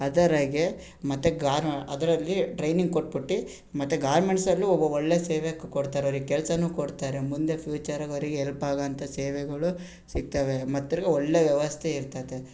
ಅದರಾಗೆ ಮತ್ತೆ ಗಾರ್ಮ ಅದರಲ್ಲಿ ಟ್ರೈನಿಂಗ್ ಕೊಟ್ಬುಟ್ಟು ಮತ್ತು ಗಾರ್ಮೆಂಟ್ಸಲ್ಲು ಒಬ್ಬ ಒಳ್ಳೆಯ ಸೇವೆ ಕ್ ಕೊಡ್ತಾರೆ ಅವ್ರಿಗೆ ಕೆಲ್ಸವೂ ಕೊಡ್ತಾರೆ ಮುಂದೆ ಫ್ಯೂಚರ್ರಾಗೆ ಅವರಿಗೆ ಹೆಲ್ಪ್ ಆಗೋಂತ ಸೇವೆಗಳು ಸಿಗ್ತವೆ ಮತ್ತು ತಿರ್ಗಿ ಒಳ್ಳೆಯ ವ್ಯವಸ್ಥೆ ಇರ್ತದೆ